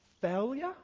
failure